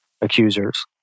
accusers